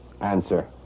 Answer